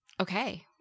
okay